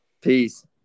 Peace